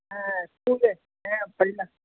ஆ school ஆ